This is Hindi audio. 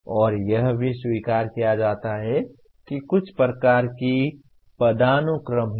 और यह भी स्वीकार किया जाता है कि कुछ प्रकार की पदानुक्रम है